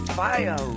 fire